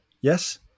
Yes